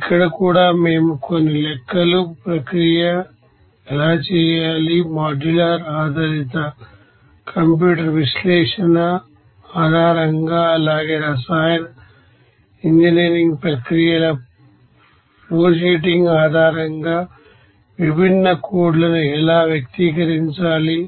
ఇక్కడ కూడా మేము కొన్ని లెక్కలు ప్రక్రియ ఎలా చేయాలి మాడ్యులర్ ఆధారిత కంప్యూటర్ విశ్లేషణ ఆధారంగా అలాగే రసాయన ఇంజనీరింగ్ ప్రక్రియల ఫ్లోషీటింగ్ ఆధారంగా విభిన్న కోడ్ లను ఎలా వ్యక్తీకరించాలి